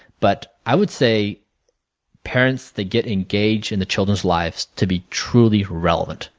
but i would say parents to get engaged in the children's lives to be truly relevant.